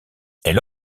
elle